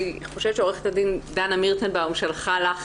אני חושבת שעו"ד דנה מירטנבאום שלחה לך